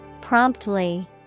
Promptly